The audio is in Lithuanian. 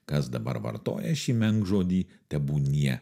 kas dabar vartoja šį menkžodį tebūnie